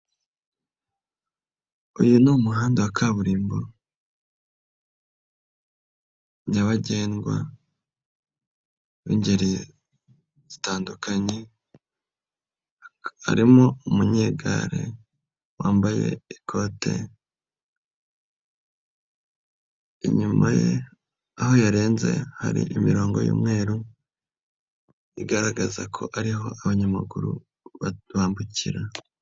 Uyu ni umuhanda wa kaburimbo nyabagendwa b'ingeri zitandukanye arimo umunyegare wambaye ikote, inyuma ye aho yarenze hari imirongo y'umweru igaragaza ko ariho abanyamaguru bambukira.